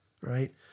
right